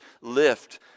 lift